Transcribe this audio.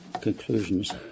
conclusions